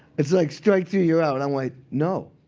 it's like strike three, you're out. and i'm like, no.